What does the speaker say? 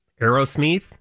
Aerosmith